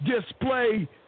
display